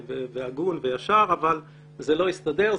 הגון וישר אבל זה לא הסתדר.